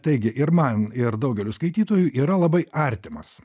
taigi ir man ir daugeliui skaitytojų yra labai artimas